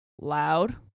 loud